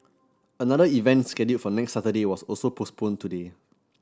another event scheduled for next Saturday was also postponed today